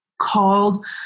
called